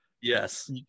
yes